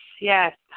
yes